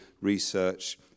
research